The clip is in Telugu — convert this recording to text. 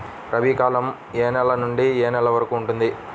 రబీ కాలం ఏ నెల నుండి ఏ నెల వరకు ఉంటుంది?